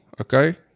okay